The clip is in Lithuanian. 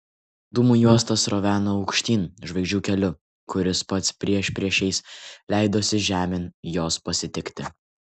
dūmų juosta sroveno aukštyn žvaigždžių keliu kuris pats priešpriešiais leidosi žemėn jos pasitikti